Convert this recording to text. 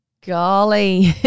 Golly